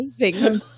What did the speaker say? amazing